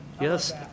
Yes